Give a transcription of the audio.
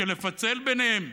של לפצל ביניהם.